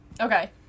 Okay